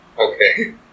Okay